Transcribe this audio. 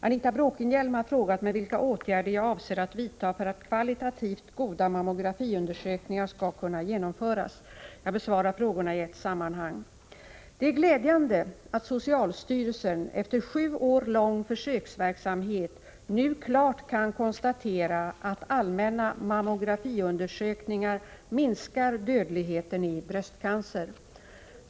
Anita Bråkenhielm har frågat mig vilka åtgärder jag avser att vidta för att kvalitativt goda mammografiundersökningar skall kunna genomföras. Jag besvarar frågorna i ett sammanhang. Det är glädjande att socialstyrelsen, efter en sju år lång försöksverksamhet, nu klart konstaterar att allmänna mammografiundersökningar minskar dödligheten i bröstcancer.